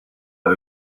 are